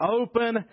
open